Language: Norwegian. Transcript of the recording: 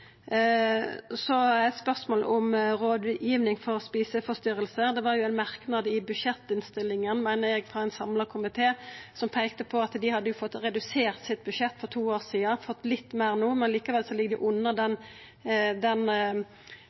Så eit spørsmål om Rådgivning om spiseforstyrrelser. Det var ein merknad i budsjettinnstillinga, meiner eg, frå ein samla komité, som peikte på at dei hadde fått redusert budsjettet sitt for to år sidan, fått litt meir no, men likevel ligg under den